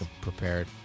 prepared